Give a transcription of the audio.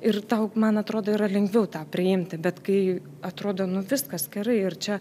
ir tau man atrodo yra lengviau tą priimti bet kai atrodo nu viskas gerai ir čia